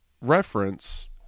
reference